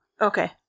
Okay